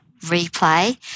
replay